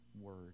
Word